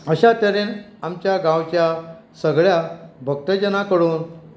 अशा तरेन आमच्या गांवच्या सगल्या भक्तजनां कडून